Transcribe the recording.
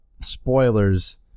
spoilers